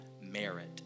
merit